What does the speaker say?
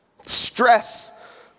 Stress